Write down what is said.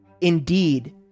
Indeed